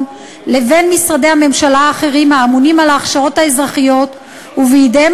לבין משרדי הממשלה האחרים האמונים על הכשרות אזרחיות ובידיהם